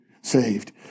saved